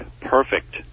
perfect